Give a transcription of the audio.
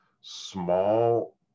small